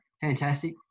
Fantastic